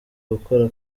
gukora